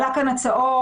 עלו כאן הצעות,